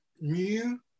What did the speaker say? new